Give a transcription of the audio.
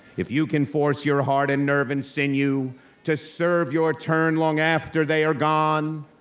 if you can force your heart and nerve and sinew to serve your turn long after they are gone,